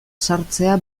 sartzea